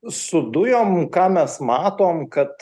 su dujom ką mes matom kad